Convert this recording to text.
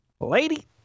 Lady